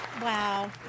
Wow